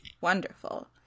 Wonderful